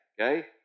okay